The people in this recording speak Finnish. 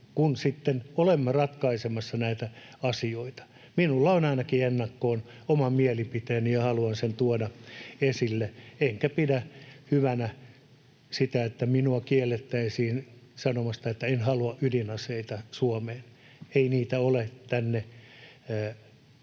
kun olemme ratkaisemassa näitä asioita. Minulla on ainakin ennakkoon oma mielipiteeni, ja haluan sen tuoda esille, enkä pidä hyvänä sitä, että minua kiellettäisiin sanomasta, että en halua ydinaseita Suomeen. Ei niitä ole tänne